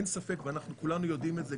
ואנחנו כולנו יודעים את זה,